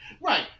Right